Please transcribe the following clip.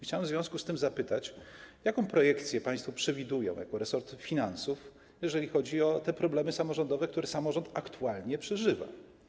Chciałbym w związku z tym zapytać, jaką projekcję państwo przewidują jako resort finansów, jeżeli chodzi o te problemy samorządowe, które samorząd aktualnie przeżywa?